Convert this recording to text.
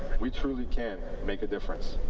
we truly can make a difference.